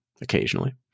occasionally